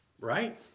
right